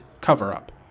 cover-up